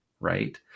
right